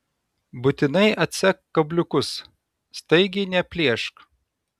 būtinai atsek kabliukus staigiai neplėšk